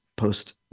Post